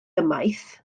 ymaith